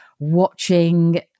watching